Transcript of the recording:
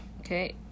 Okay